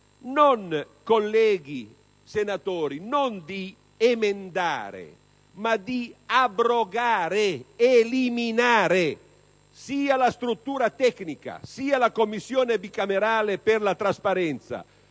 all'unanimità, non di emendare ma di abrogare, eliminare sia la struttura tecnica sia la Commissione bicamerale per la trasparenza,